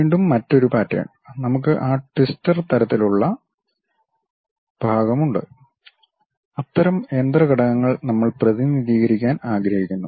വീണ്ടും മറ്റൊരു പാറ്റേൺ നമുക്ക് ആ ട്വിസ്റ്റർ തരത്തിലുള്ള ഭാഗം ഉണ്ട് അത്തരം യന്ത്ര ഘടകങ്ങൾ നമ്മൾ പ്രതിനിധീകരിക്കാൻ ആഗ്രഹിക്കുന്നു